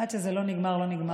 עד שזה לא נגמר זה לא נגמר.